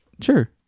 sure